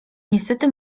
niestety